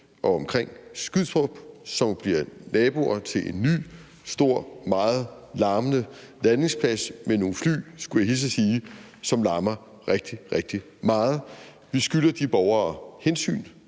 og omkring Skrydstrup, og som bliver naboer til en ny, stor og meget larmende landingsplads med nogle fly, skulle jeg hilse og sige, som larmer rigtig, rigtig meget. Vi skylder de borgere at